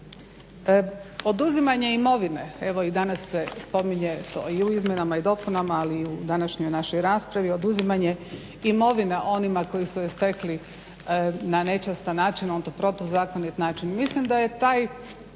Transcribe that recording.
Oduzimanje imovine, evo danas se spominje i u izmjenama i dopunama ali i u današnjoj našoj raspravi oduzimanje imovina onima koji su je stekli na nečastan način na protuzakonit način, mislim da je taj